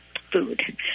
food